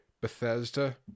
Bethesda